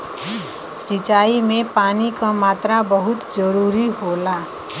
सिंचाई में पानी क मात्रा बहुत जरूरी होला